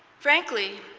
frankly,